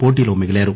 పోటీలో మిగిలారు